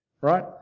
right